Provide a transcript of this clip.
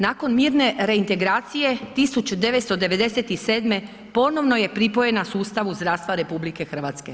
Nakon mirne reintegracije 1997. ponovno je pripojena sustavu zdravstva RH.